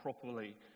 properly